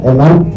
Amen